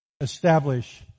establish